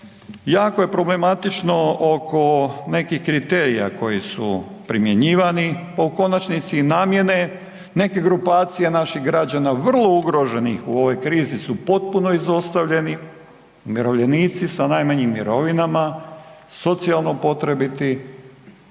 jako je problematično oko nekih kriterija koji su primjenjivani pa u konačnici i namjene, neke grupacije naših građana vrlo ugroženih u ovoj krizi su potpuno izostavljeni, umirovljenici sa najmanjim mirovinama, socijalno potrebiti.